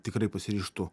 tikrai pasiryžtų